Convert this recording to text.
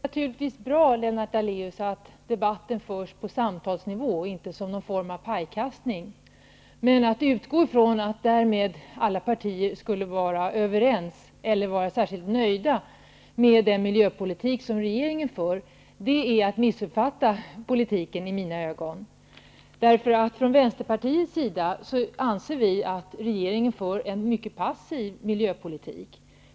Fru talman! Det är naturligtvis bra, Lennart Daléus, att debatten förs på samtalsnivå och inte i form av pajkastning. Men att utgå ifrån att alla partier därmed skulle var överens eller vara särskilt nöjda med den miljöpolitik som regeringen för, är i mina ögon att missuppfatta politiken. Från Vänsterpartiet anser vi att regeringen för en mycket passiv miljöpolitik.